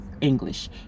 English